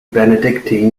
benedictine